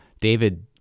David